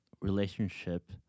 relationship